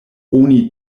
oni